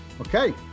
okay